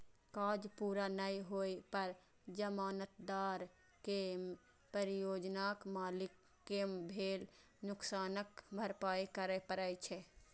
काज पूरा नै होइ पर जमानतदार कें परियोजना मालिक कें भेल नुकसानक भरपाइ करय पड़ै छै